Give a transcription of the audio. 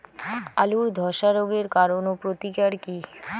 আলুর ধসা রোগের কারণ ও প্রতিকার কি?